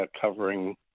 covering